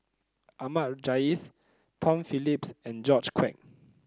Ahmad Jais Tom Phillips and George Quek